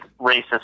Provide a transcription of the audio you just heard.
racist